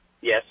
Yes